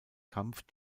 kampf